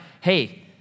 hey